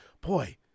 Boy